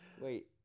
Wait